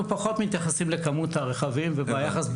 אנחנו פחות מתייחסים לכמות הרכבים וביחס ביניהם,